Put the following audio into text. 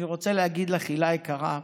אני רוצה להגיד לך, הילה היקרה: